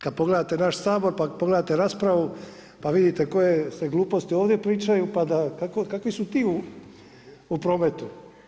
Kad pogledate naš Sabor, pa pogledate raspravu, pa vidite koje se gluposti ovdje pričaju, pa da kakvi su ti u prometu.